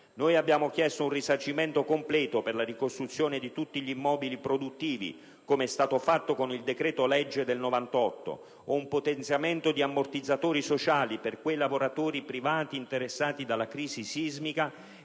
Noi abbiamo chiesto un risarcimento completo per la ricostruzione di tutti gli immobili produttivi, come è stato fatto con il decreto-legge n. 6 del 1998, o un potenziamento degli ammortizzatori sociali per quei lavoratori privati interessati dalla crisi sismica